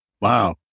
wow